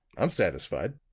i'm satisfied!